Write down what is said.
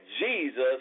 Jesus